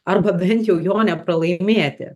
arba bent jau jo nepralaimėti